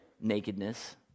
nakedness